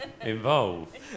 involved